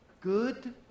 good